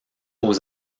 aux